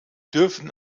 dürfen